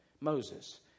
Moses